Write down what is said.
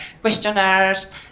questionnaires